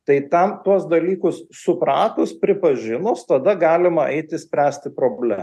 tai tam tuos dalykus supratus pripažinus tada galima eiti spręsti proble